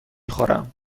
خورم